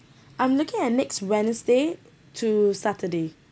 I'm looking at next wednesday to saturday